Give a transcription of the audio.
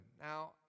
Now